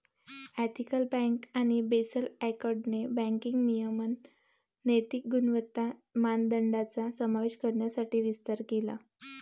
ethical bank आणि Basel एकॉर्डने banking नियमन नैतिक गुणवत्ता मानदंडांचा समावेश करण्यासाठी विस्तार केला